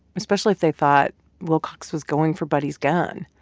especially if they thought wilcox was going for buddy's gun?